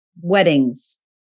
weddings